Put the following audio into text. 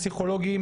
פסיכולוגים,